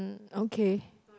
okay